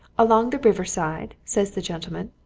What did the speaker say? along the river-side says the gentleman,